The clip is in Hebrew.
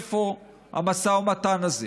איפה המשא ומתן הזה?